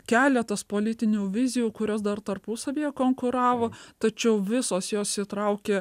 keletas politinių vizijų kurios dar tarpusavyje konkuravo tačiau visos jos įtraukė